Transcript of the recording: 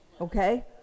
Okay